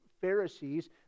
Pharisees